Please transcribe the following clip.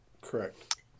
Correct